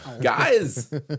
Guys